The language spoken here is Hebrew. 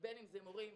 בין אם זה מורים,